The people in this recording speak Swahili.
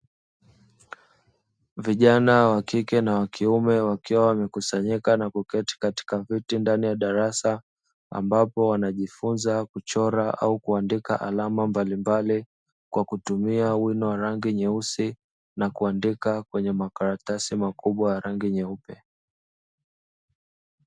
Vijana wa kike na wa kiume wakiwa wamekusanyika na kuketi katika viti ndani ya darasa, ambapo wanajifunza kuchora au kuandika alama mbalimbali kwa kutumia wino wa rangi nyeusi, na kuandika kwenye makaratasi makubwa ya rangi nyeupe.